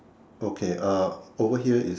okay uh over here is